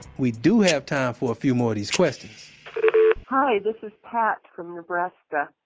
we do have time for a few more of these questions hi, this this pat from nebraska.